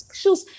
shoes